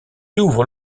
ouvrent